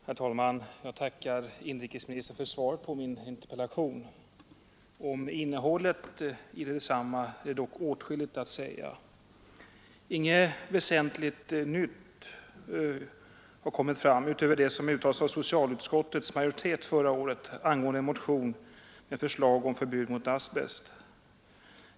Herr talman! Jag tackar inrikesministern för svaret på min interpellation. Om innehållet i detsamma är dock åtskilligt att säga. Inget väsentligt 105 nytt har kommit fram utöver det som uttalades av socialutskottets majoritet förra året angående en motion med förslag om förbud mot asbest.